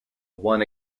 won